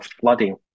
flooding